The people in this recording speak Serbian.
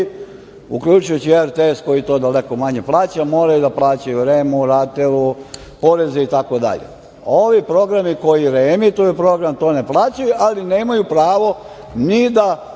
uključujući RTS, koji to daleko manje plaća, moraju da plaćaju REM-u, Ratelu poreze itd. Ovi programi koji reemituju program to ne plaćaju, ali nemaju pravo ni da